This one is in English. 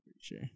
Sure